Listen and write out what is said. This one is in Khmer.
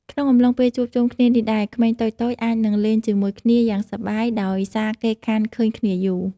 ក្នុងអំឡុងពេលជួបជុំគ្នានេះដែរ ក្មេងតូចៗអាចនឹងលេងជាមួយគ្នាយ៉ាងសប្បាយដោយសារគេខានឃើញគ្នាយូរ។